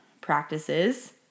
practices